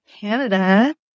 Canada